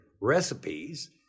recipes